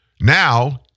Now